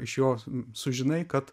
iš jos sužinai kad